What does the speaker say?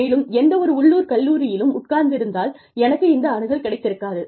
மேலும் எந்தவொரு உள்ளூர் கல்லூரியிலும் உட்கார்ந்திருந்தால் எனக்கு இந்த அணுகல் கிடைத்திருக்காது